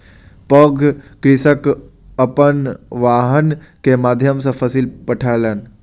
पैघ कृषक अपन वाहन के माध्यम सॅ फसिल पठौलैन